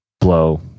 blow